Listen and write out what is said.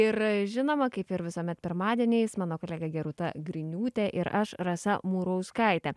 ir žinoma kaip ir visuomet pirmadieniais mano kolegė gerūta griniūtė ir aš rasa murauskaitė